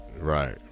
right